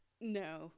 No